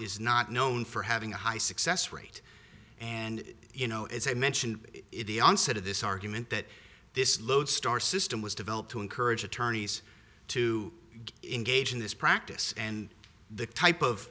is not known for having a high success rate and you know as i mentioned it the onset of this argument that this lodestar system was developed to encourage attorneys to engage in this practice and the type of